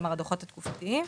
שאלה הדוחות התקופתיים,